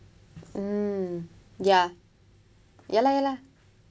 mm ya ya lah ya lah